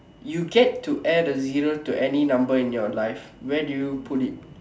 you get to add a zero to any number in your life where do you put it